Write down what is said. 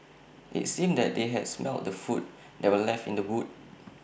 IT seemed that they had smelt the food that were left in the boot